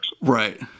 Right